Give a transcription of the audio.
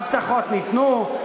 הבטחות ניתנו,